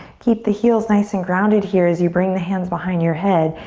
keep the heels nice and grounded here as you bring the hands behind your head,